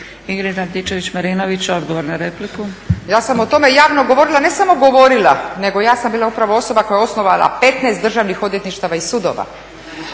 **Antičević Marinović, Ingrid (SDP)** Ja sam o tome javno govorila, ne samo govorila nego ja sam bila upravo osoba koja je osnovala 15 državnih odvjetništava i sudova.